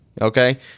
okay